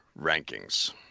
rankings